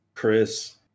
Chris